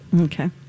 Okay